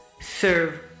serve